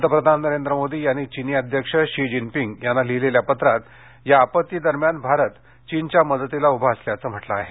पंतप्रधान नरेंद्र मोदी यांनी चिनी अध्यक्ष शी जिनपिंग यांना लिहिलेल्या पत्रात या आपत्तीदरम्यान भारत चीनच्या मदतीला उभा असल्याचं म्हटलं आहे